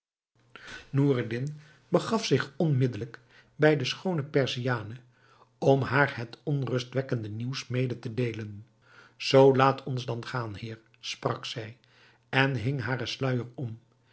begaf zich onmiddelijk bij de schoone perziane om haar het onrustwekkende nieuws mede te deelen zoo laat ons dan gaan heer sprak zij en hing haren sluijer om